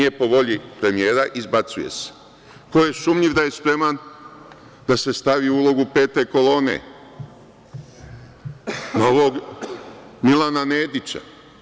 Jednostavno, nije po volji premijera, izbacuje se, ko je sumnjiv da je spreman da se stavi u ulogu Pete kolone novog Milana Nedića.